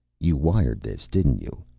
you wired this, didn't you?